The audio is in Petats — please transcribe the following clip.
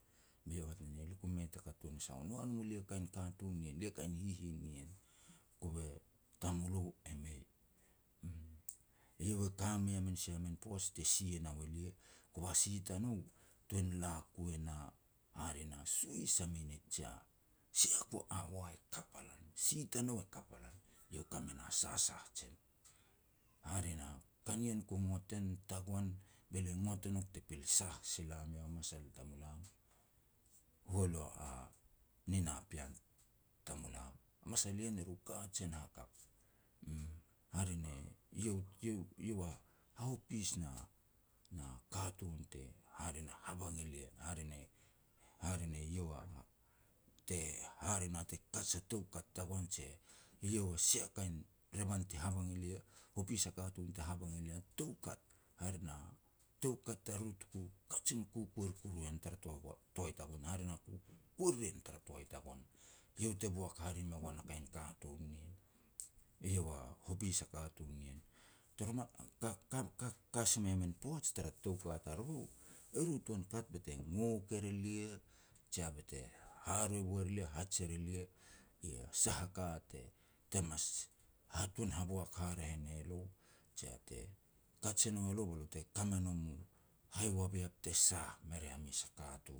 Be iau e hat e ne lia, "Lia ku mei taka tuan sa u, noa no elia kain katun nien lia kain hihin ni ien, kove tamulo e mei", uum. Eiau e ka mei a min sia min poaj te si e nou elia, kova si tanou tuan la ku e na hare na suhis a minute, jia sia ku a hour, e kap a lan si tanou e kap a lan. Iau ka me na sasah jen. Hare na, ka nien ku ngot en tagoan be lia ngot e nouk te pil sah sila miau a masal tamulam. Hualu nina pean tamulam, a masal ri ien eru kajen hakap, uum. Hare ne iau-iau-iau a hahopis na-na katun te hare na te habang e lia, hare ne-hare ne iau a te hare na te kaj a toukat tagoan, jia iau a sia kain revan ti habang elia, hopis a katun ti habang elia toukat. Hare na toukat tariru tuku kajin kukuer kuru en tara toai tagoan, hare na ku kuer en tara toai tagoan. Iau te boak hare me goan a kain katun nien, iau a hopis a katun nien. Toroman ka si mei a min poaj tara tou ka tariru, e ru tuan kat be te ngok er elia, jia bete haharoi boi er elia be te haj er elia, sah a ka te mas hatuan haboak haraeh ne lo, jia te kaj e nou elo be te ka me nom hai waviap te sah me ria mes a katun.